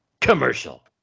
Commercial